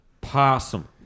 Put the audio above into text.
Possum